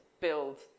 build